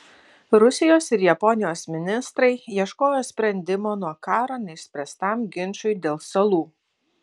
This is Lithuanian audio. rusijos ir japonijos ministrai ieškojo sprendimo nuo karo neišspręstam ginčui dėl salų